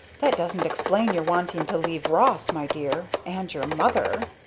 that doesn't explain your wanting to leave ross, my dear and your mother!